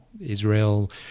Israel